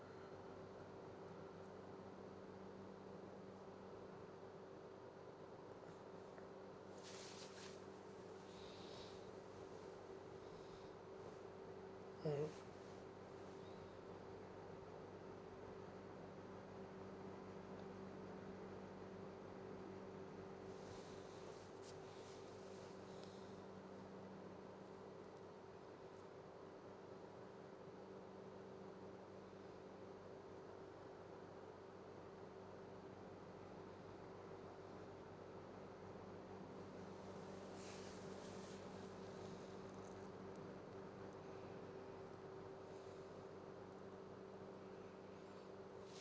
mmhmm